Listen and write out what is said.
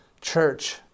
Church